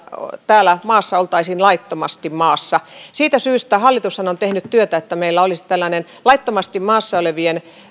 täällä maassa oltaisiin laittomasti siitä syystä hallitus on tehnyt työtä että meillä olisi tällainen laittomasti maassa